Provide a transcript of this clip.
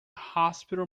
hospital